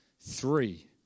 Three